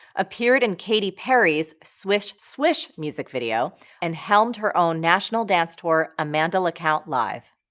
appeared in katy perry's swish swish music video and helmed her own national dance tour amanda lacount live.